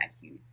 huge